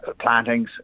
plantings